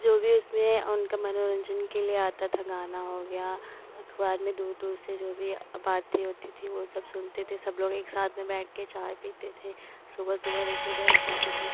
जो भी उसमें उनका मनोरन्जन के लिए आता था गाना हो गया अखबार में दूर दूर से जो भी बातें होती थीं वह सब सुनते थे सब लोग एक साथ में बैठकर चाय पीते थे सुबह सुबह लेकर बैठ जाते थे